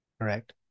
Correct